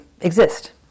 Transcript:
exist